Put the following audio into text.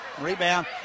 rebound